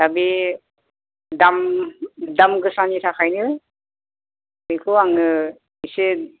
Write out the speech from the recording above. दा बे दाम गोसानि थाखायनो बेखौ आङो एसे